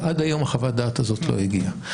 ועד היום חוות הדעת הזאת לא הגיעה.